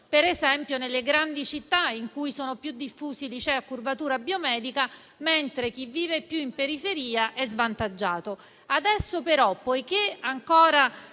per esempio, nelle grandi città in cui sono più diffusi i licei a curvatura biomedica, mentre chi vive in periferia sarebbe stato